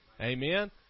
Amen